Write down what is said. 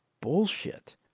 bullshit